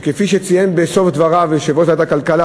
כפי שציין בסוף דבריו יושב-ראש ועדת הכלכלה,